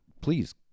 please